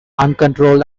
uncontrolled